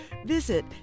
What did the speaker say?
visit